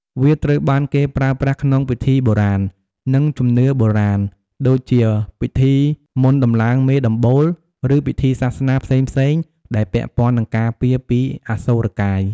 វាត្រូវបានគេប្រើក្នុងពិធីបុរាណ និងជំនឿបុរាណ ដូចជា ពិធីមុនដំឡើងមេដំបូល ឬពិធីសាសនា ផ្សេងៗដែលពាក់ព័ន្ធនឹងការពារពីអសូរកាយ។